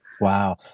Wow